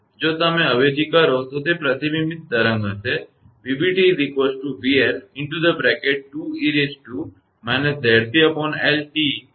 જો તમે અવેજી કરો છો તો તે પ્રતિબિંબિત તરંગ હશે આ સમીકરણ 104 છે